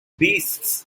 beasts